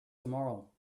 tomorrow